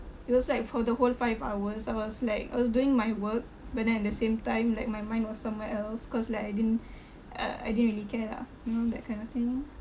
it was like for the whole five hours I was like I was doing my work but then at the same time like my mind was somewhere else cause like I didn't uh I didn't really care lah you know that kind of thing